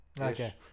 Okay